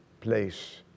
place